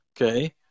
Okay